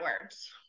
words